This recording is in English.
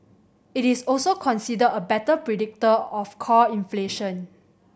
it is also considered a better predictor of core inflation